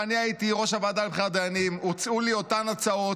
כשאני הייתי ראש הוועדה לבחירת דיינים הוצעו לי אותן הצעות,